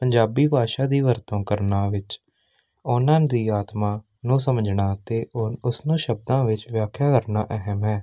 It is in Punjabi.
ਪੰਜਾਬੀ ਭਾਸ਼ਾ ਦੀ ਵਰਤੋਂ ਕਰਨਾ ਵਿੱਚ ਉਹਨਾਂ ਦੀ ਆਤਮਾ ਨੂੰ ਸਮਝਣਾ ਅਤੇ ਓ ਉਸ ਨੂੰ ਸ਼ਬਦਾਂ ਵਿੱਚ ਵਿਆਖਿਆ ਕਰਨਾ ਅਹਿਮ ਹੈ